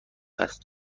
است